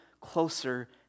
closer